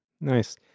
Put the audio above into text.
Nice